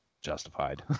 justified